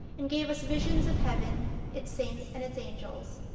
and gave us visions of heaven its saints and its angels.